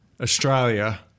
Australia